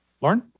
Lauren